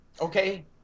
Okay